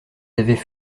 avaient